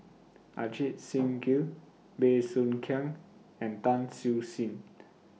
Ajit Singh Gill Bey Soo Khiang and Tan Siew Sin